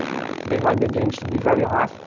they like their games to be very hard,